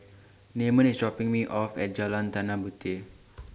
Namon IS dropping Me off At Jalan Tanah Puteh